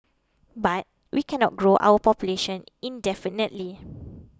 but we cannot grow our population indefinitely